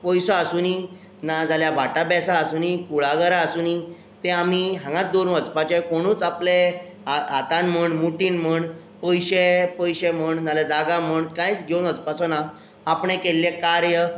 पयसो आसुनी नाजाल्या भाटां बेंसां आसुनी कुळागरां आसुनी तें आमी हांगात दवरून वचपाचें कोणूच आपले हा हातान म्हण मुठीन म्हण पयशे पयशे म्हण नाजाल्यार जागा म्हण कांयच घेवन वचपाचो ना आपणें केल्लें कार्य